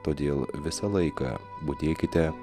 todėl visą laiką budėkite